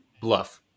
Bluff